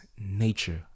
nature